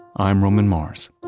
i'm roman mars